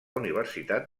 universitat